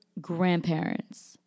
grandparents